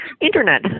Internet